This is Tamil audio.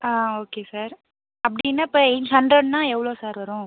ஆ ஓகே சார் அப்படினா இப்போ எய்ட் ஹண்ட்ரட்னால் எவ்வளோ சார் வரும்